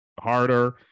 harder